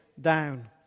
down